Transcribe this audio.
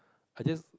I just